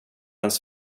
ens